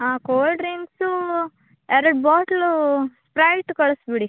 ಹಾಂ ಕೋಲ್ಡ್ ಡ್ರಿಂಕ್ಸೂ ಎರಡು ಬಾಟ್ಲೂ ಸ್ಪ್ರೈಟ್ ಕಳಿಸ್ಬಿಡಿ